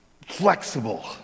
flexible